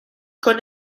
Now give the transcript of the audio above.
con